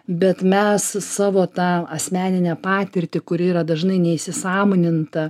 bet mes savo tą asmeninę patirtį kuri yra dažnai neįsisąmoninta